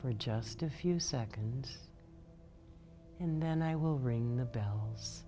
for just a few seconds and then i will ring the bell